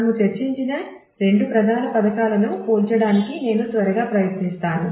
మనము చర్చించిన రెండు ప్రధాన పథకాలను పోల్చడానికి నేను త్వరగా ప్రయత్నిస్తాను